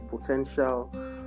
potential